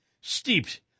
Steeped